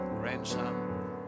grandson